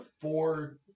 four